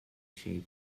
shape